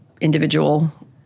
individual